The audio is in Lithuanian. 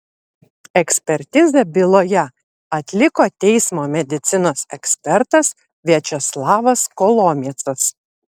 ekspertizę byloje atliko teismo medicinos ekspertas viačeslavas kolomiecas